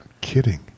kidding